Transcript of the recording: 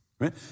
right